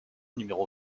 numéro